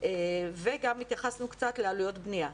וגם התייחסנו קצת לעלויות בנייה.